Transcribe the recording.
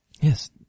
Yes